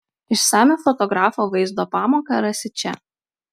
išsamią fotografo vaizdo pamoką rasi čia